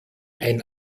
ein